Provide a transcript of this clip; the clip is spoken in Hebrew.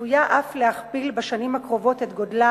וצפויה אף להכפיל בשנים הקרובות את גודלה